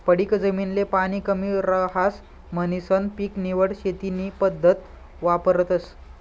पडीक जमीन ले पाणी कमी रहास म्हणीसन पीक निवड शेती नी पद्धत वापरतस